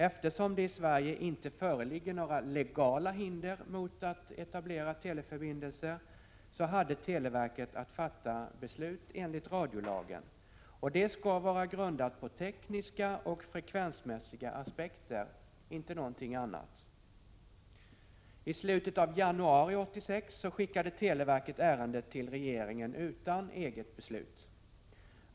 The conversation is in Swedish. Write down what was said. Eftersom det i Sverige inte föreligger några legala hinder mot att etablera teleförbindelser,-hade televerket att fatta ett beslut enligt radiolagen, vilket skall vara grundat på tekniska och frekvensmässiga aspekter, inte på någonting annat. I slutet av januari 1986 skickade televerket ärendet till regeringen, utan eget beslut.